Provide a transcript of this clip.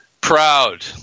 Proud